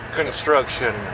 construction